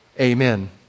Amen